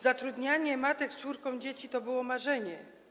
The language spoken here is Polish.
Zatrudnianie matek z czwórką dzieci to było marzenie.